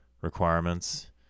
requirements